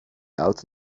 out